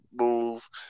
move